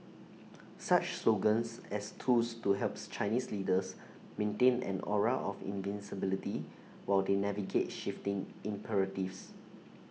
such slogans as tools to helps Chinese leaders maintain an aura of invincibility while they navigate shifting imperatives